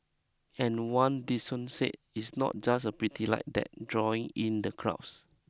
and one say it's not just the pretty light that's drawing in the crowds